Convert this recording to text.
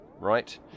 right